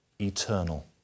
eternal